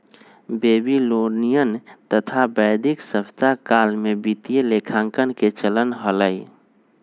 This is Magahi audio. बेबीलोनियन तथा वैदिक सभ्यता काल में वित्तीय लेखांकन के चलन हलय